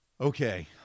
Okay